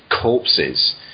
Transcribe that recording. corpses